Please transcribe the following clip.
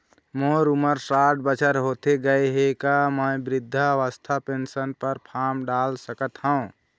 मोर उमर साठ बछर होथे गए हे का म वृद्धावस्था पेंशन पर फार्म डाल सकत हंव?